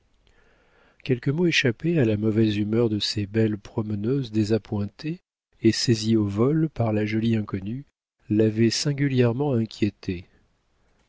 quelques mots échappés à la mauvaise humeur de ces belles promeneuses désappointées et saisis au vol par la jolie inconnue l'avaient singulièrement inquiétée